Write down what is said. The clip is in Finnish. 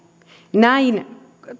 näin